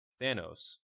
thanos